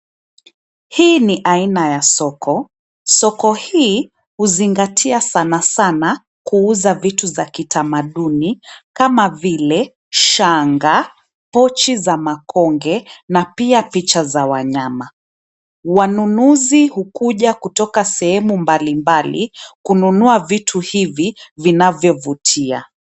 Hii ni aina ya soko. Soko hii huzingatia sana sana kuuza vita za kitamaduni kama vile shanga, pochi za makonge na pia picha za wanyama. Wanunuzi hukuja kutoka sehemu mbalimbali kununua vitu hivi vinavyovutia.